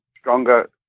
stronger